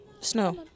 Snow